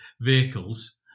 vehicles